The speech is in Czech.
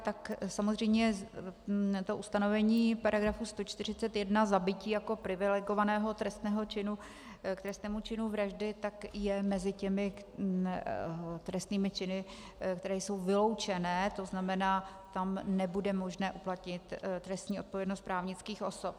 Tak samozřejmě to ustanovení § 141 zabití jako privilegovaného trestného činu k trestnému činu vraždy je mezi těmi trestnými činy, které jsou vyloučené, to znamená, tam nebude možné uplatnit trestní odpovědnost právnických osob.